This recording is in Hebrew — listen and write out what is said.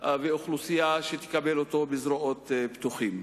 ואוכלוסייה שתקבל אותו בזרועות פתוחות.